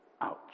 Ouch